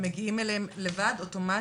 אתם מגיעים אליהם לבד אוטומטית,